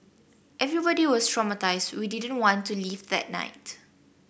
everybody was traumatised we didn't want to leave that night